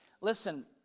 Listen